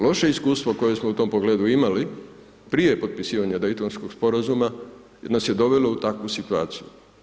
Loše iskustvo koje smo u tom pogledu imali prije potpisivanja Daytonskog sporazuma nas je dovelo u takvu situaciju.